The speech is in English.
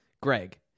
Greg